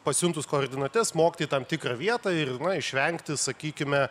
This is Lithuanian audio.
pasiuntus koordinates smogti į tam tikrą vietą ir išvengti sakykime